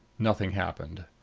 nothing happened.